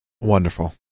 Wonderful